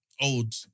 Old